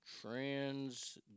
Trans